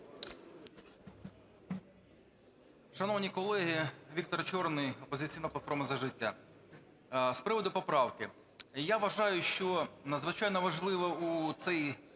Шановні колеги, Віктор Чорний, "Опозиційна платформа – За життя". З приводу поправки. Я вважаю, що надзвичайно важливо у цей